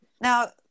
Now